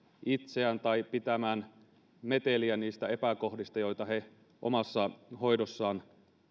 itseään tai pitämään meteliä niistä epäkohdista joita he omassa hoidossaan